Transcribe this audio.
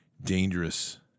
dangerous